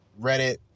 Reddit